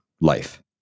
life